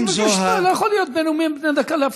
אני מבקש, לא יכול להיות בנאומים בני דקה, להפריע.